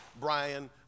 Brian